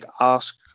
ask